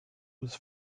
was